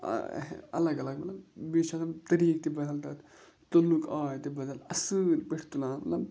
الگ الگ مطلب بیٚیہِ چھِ آسان طریٖقہٕ تہِ بدل تَتھ تُلنُک آے تہِ بدل اَصٕل پٲٹھۍ تُلان ملب